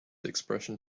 expression